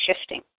shifting